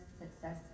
success